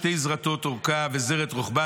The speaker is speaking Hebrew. שתי זרתות אורכה וזרת רוחבה,